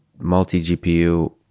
multi-GPU